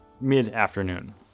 mid-afternoon